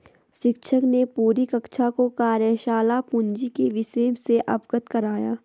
शिक्षक ने पूरी कक्षा को कार्यशाला पूंजी के विषय से अवगत कराया